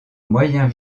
moyen